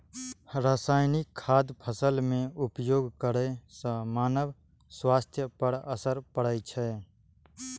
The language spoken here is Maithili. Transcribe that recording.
रासायनिक खादक फसल मे उपयोग करै सं मानव स्वास्थ्य पर असर पड़ै छै